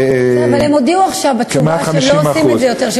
אבל הם הודיעו עכשיו בתשובה שהם לא עושים את זה יותר,